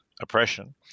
oppression